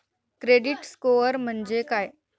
Credit score म्हणजे काय?